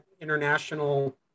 international